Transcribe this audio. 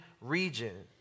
region